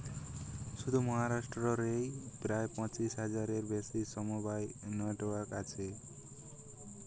শুধু মহারাষ্ট্র রেই প্রায় পঁচিশ হাজারের বেশি সমবায় নেটওয়ার্ক আছে